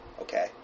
Okay